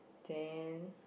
then